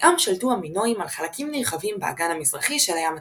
בשיאם שלטו המינואים על חלקים נרחבים באגן המזרחי של הים התיכון.